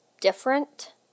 different